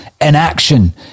inaction